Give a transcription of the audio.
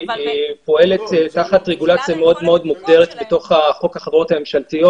תקנו את החוק שיהיה לכם אפשרות לתת סנקציות.